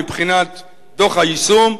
מבחינת דוח היישום,